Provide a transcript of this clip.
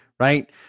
right